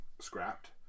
scrapped